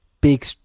big